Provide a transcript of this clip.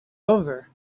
over